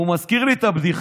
הוא מזכיר לי את הבדיחה,